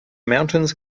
mountains